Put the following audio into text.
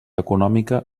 econòmica